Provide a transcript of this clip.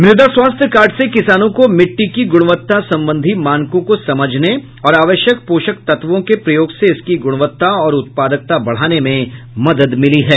मृदा स्वास्थ्य कार्ड से किसानों को मिट्टी की ग्रणवत्ता संबंधी मानकों को समझने और आवश्यक पोषक तत्वों के प्रयोग से इसकी गुणवत्ता और उत्पादकता बढ़ाने में मदद मिली है